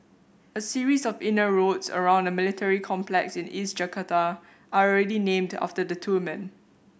a series of inner roads around a military complex in East Jakarta are already named after the two men